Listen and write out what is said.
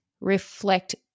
reflect